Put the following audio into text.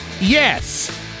yes